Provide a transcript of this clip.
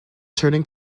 turning